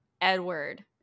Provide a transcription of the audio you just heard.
Edward